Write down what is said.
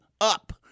up